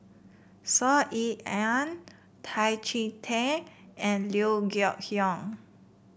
Saw Ean Ang Tan Chee Teck and Liew Geok Leong